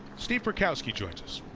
steve burkowski joins us.